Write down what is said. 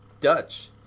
Dutch